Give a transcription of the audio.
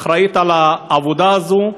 האחראית לעבודה הזאת,